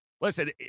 listen